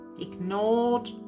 ignored